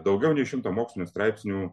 daugiau nei šimtą mokslinių straipsnių